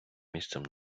місцем